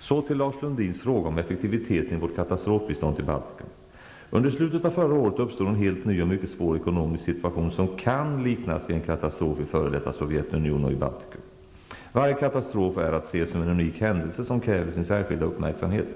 Så till Lars Sundins fråga om effektiviteten i vårt katastrofbistånd till Baltikum. Under slutet av förra året uppstod en helt ny och mycket svår ekonomisk situation som kan liknas vid en katastrof i f.d. Sovjetunionen och i Baltikum. Varje katastrof är att se som en unik händelse, som kräver sin särskilda uppmärksamhet.